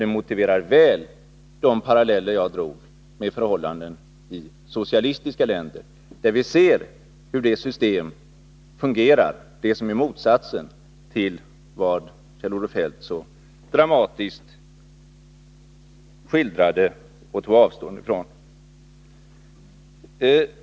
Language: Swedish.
Det motiverar väl de paralleller jag drog till förhållanden i socialistiska länder, där vi ser hur det system fungerar som är motsatsen till vad Kjell-Olof Feldt så dramatiskt skildrade och tog avstånd ifrån.